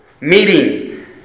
meeting